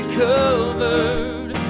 covered